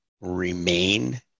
remain